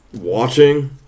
watching